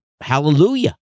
hallelujah